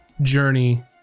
journey